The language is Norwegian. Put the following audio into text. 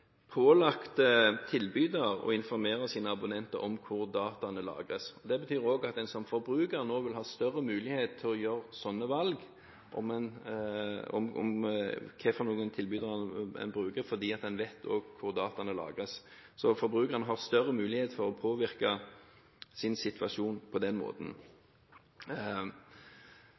å informere sine abonnenter om hvor dataene lagres. Det betyr også at en som forbruker nå vil ha større mulighet til å gjøre sånne valg, om hvilken tilbyder en bruker, fordi en også vet hvor dataene lagres. Så forbrukeren har større mulighet for å påvirke sin situasjon på den måten.